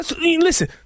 Listen